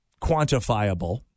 quantifiable